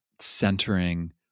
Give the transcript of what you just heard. centering